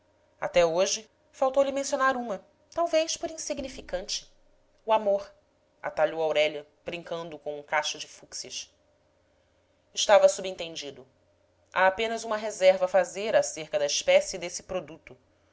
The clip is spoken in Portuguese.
até hoje faltou-lhe mencionar uma talvez por insignificante o amor atalhou aurélia brincando com um cacho de fúcsias estava subentendido há apenas uma reserva a fazer acerca da espécie desse produto